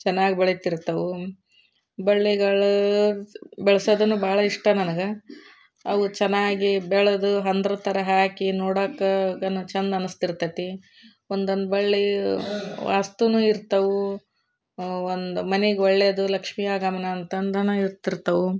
ಚೆನ್ನಾಗಿ ಬೆಳಿತಿರ್ತವೆ ಬಳ್ಳಿಗಳು ಬೆಳೆಸೋದು ಭಾಳ ಇಷ್ಟ ನನ್ಗೆ ಅವು ಚೆನ್ನಾಗಿ ಬೆಳೆದು ಹಂದ್ರ ಥರ ಹಾಕಿ ನೋಡಾಕೆ ಘನ ಚೆಂದ ಅನಿಸ್ತಿರ್ತತೆ ಒಂದೊಂದು ಬಳ್ಳಿ ವಾಸ್ತು ಇರ್ತವೆ ಒಂದು ಮನೆಗೆ ಒಳ್ಳೆದು ಲಕ್ಷ್ಮಿ ಆಗಮನ ಅಂತಂದನು ಇರ್ತಿರ್ತವೆ